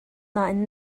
nain